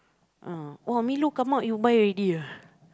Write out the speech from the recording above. ah new look come out you buy already ah